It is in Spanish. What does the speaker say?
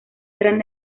eran